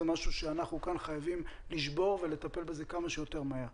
זה משהו שאנחנו כאן חייבים לשבור ולטפל בזה כמה שיותר מהר.